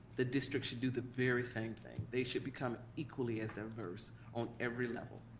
the district should do the very same thing. they should become equally as diverse on every level.